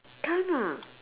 can ah